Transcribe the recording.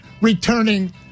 returning